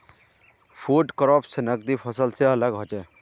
food crops नगदी फसल से अलग होचे